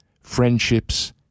friendships